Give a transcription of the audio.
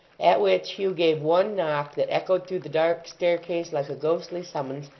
at which hugh gave one knock, that echoed through the dark staircase like a ghostly summons,